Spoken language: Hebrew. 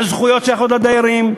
הזכויות שייכות לדיירים,